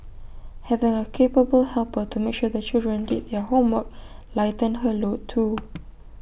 having A capable helper to make sure the children did their homework lightened her load too